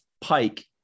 Pike